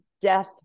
death